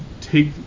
take